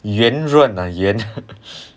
圆润 uh 圆润